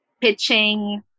pitching